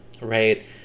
right